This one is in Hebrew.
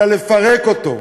אלא לפרק אותו.